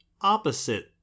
opposite